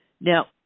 now